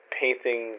painting